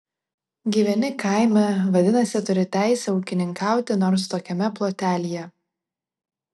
gyveni kaime vadinasi turi teisę ūkininkauti nors tokiame plotelyje